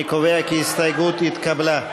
אני קובע כי ההסתייגות התקבלה,